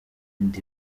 indi